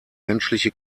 menschliche